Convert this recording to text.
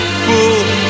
full